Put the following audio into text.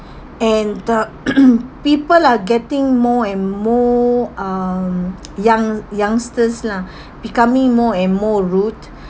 and uh people are getting more and more um young youngsters lah becoming more and more rude